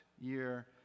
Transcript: year